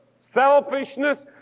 Selfishness